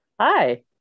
hi